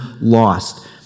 lost